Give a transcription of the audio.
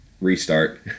restart